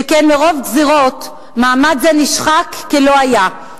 שכן מרוב גזירות מעמד זה נשחק כלא היה,